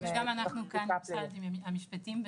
גם אנחנו כאן ממשרד המשפטים.